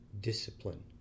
discipline